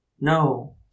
No